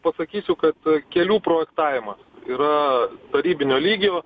pasakysiu kad kelių projektavimas yra tarybinio lygio